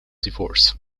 divorce